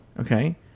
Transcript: Okay